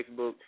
Facebook